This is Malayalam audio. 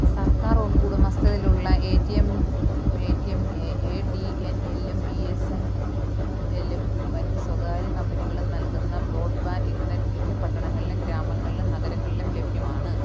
സർക്കാർ ഉടമസ്ഥതയിലുള്ള A T M A T M A A D N എല്ലും ബി എസ് എന് എല്ലും മറ്റ് സ്വകാര്യ കമ്പനികളും നൽകുന്ന ബ്രോഡ്ബാൻഡ് ഇൻ്റെർനെറ്റ് മിക്ക പട്ടണങ്ങളിലും ഗ്രാമങ്ങളിലും നഗരങ്ങളിലും ലഭ്യമാണ്